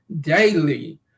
daily